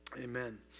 Amen